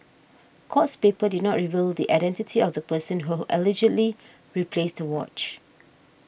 courts papers did not reveal the identity of the person who allegedly replaced the watch